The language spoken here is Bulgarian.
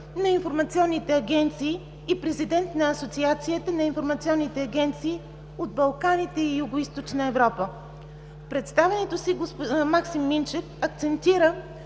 на информационните агенции и президент на Асоциацията на информационните агенции от Балканите и Югоизточна Европа. В представянето си Максим Минчев акцентира